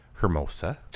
Hermosa